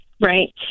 Right